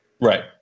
Right